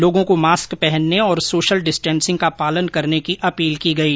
लोगों को मास्क पहनने और सोशल डिस्टेसिंग का पालन करने की अपील की गई